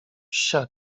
psia